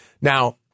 Now